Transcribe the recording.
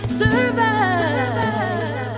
survive